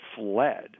fled